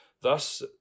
thus